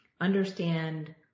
understand